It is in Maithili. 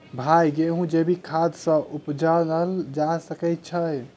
भाई गेंहूँ जैविक खाद सँ उपजाल जा सकै छैय?